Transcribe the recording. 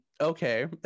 Okay